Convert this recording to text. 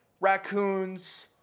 raccoons